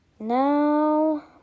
Now